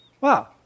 Wow